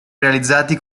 realizzati